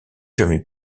jamais